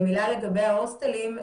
ומילה לגבי ההוסטלים,